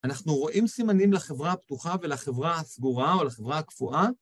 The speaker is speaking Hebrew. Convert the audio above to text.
אנחנו רואים סימנים לחברה הפתוחה ולחברה הסגורה או לחברה הקפואה